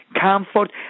Comfort